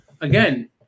again